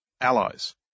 allies